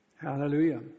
Hallelujah